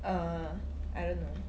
err I don't know